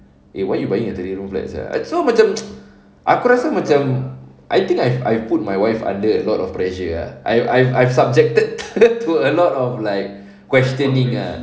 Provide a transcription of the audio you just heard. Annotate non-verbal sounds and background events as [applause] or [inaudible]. eh why you buying a three room flat sia it's so macam [noise] aku rasa macam I think I've I've put my wife under a lot of pressure ah I've I've I've subjected to a lot of like questioning ah